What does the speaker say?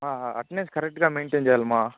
attendance కరెక్ట్గా maintain చెయ్యాలమ్మా